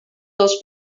dels